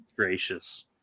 Gracious